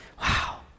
Wow